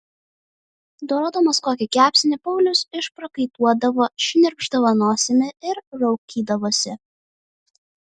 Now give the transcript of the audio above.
dorodamas kokį kepsnį paulius išprakaituodavo šnirpšdavo nosimi ir raukydavosi